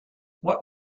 what